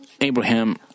Abraham